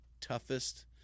toughest